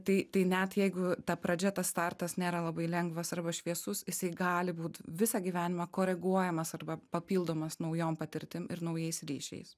tai tai net jeigu ta pradžia tas startas nėra labai lengvas arba šviesus jisai gali būt visą gyvenimą koreguojamas arba papildomas naujom patirtim ir naujais ryšiais